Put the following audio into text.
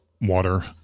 water